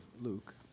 Luke